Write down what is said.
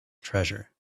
treasure